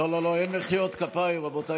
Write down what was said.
לא לא לא, רבותיי, אין מחיאות כפיים במליאה.